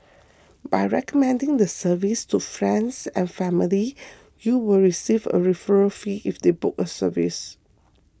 by recommending the service to friends and family you will receive a referral fee if they book a service